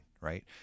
right